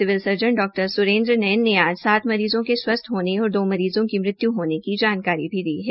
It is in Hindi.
सिविल सर्जन डॉ सुरेन्द्र नैन ने आज सात मरीजो के स्वस्थ होने और दो मरीजो की मृत्यु होने की जानकारी भी दी है